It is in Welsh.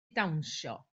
dawnsio